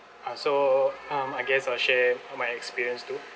uh so um I guess I'll share my experience too